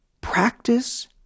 Practice